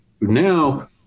now